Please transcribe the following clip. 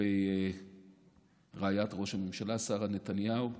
כלפי רעיית ראש הממשלה שרה נתניהו.